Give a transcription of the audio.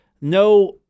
no